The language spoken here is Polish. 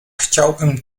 chciałbym